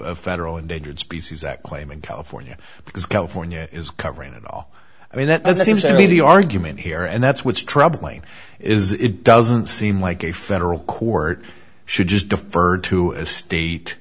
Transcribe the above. a federal endangered species act claim in california because california is covering it all i mean that seems to be the argument here and that's what's troubling is it doesn't seem like a federal court should just defer to a state